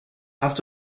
hast